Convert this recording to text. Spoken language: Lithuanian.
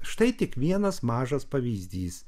štai tik vienas mažas pavyzdys